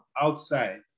outside